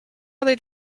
lid